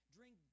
Drink